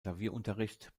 klavierunterricht